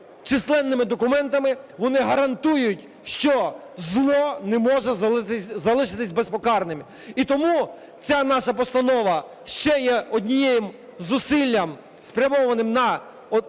численними документами, вони гарантують, що зло не може залишитися не покараним. І тому ця наша постанова є ще одним зусиллям, спрямованим за